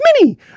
Minnie